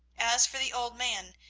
as for the old man,